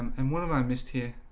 and what am i missed here?